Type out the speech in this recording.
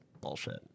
bullshit